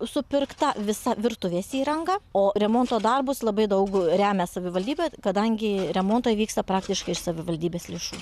supirkta visa virtuvės įranga o remonto darbus labai daug remia savivaldybė kadangi remontai vyksta praktiškai iš savivaldybės lėšų